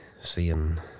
seeing